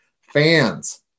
fans